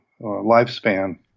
lifespan